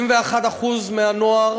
71% מהנוער